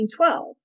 1912